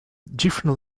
different